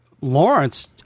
Lawrence